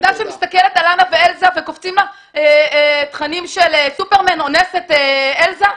ילדה שמסתכלת על אנה ואלזה וקופצים לה תכנים של סופרמן אונס את אלזה.